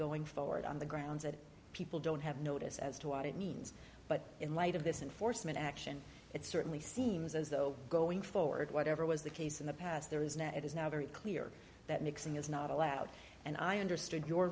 going forward on the grounds that people don't have notice as to what it means but in light of this in forstmann action it certainly seems as though going forward whatever was the case in the past there is now it is now very clear that nixon is not allowed and i understood your